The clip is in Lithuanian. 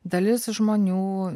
dalis žmonių